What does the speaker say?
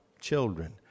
children